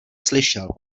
slyšel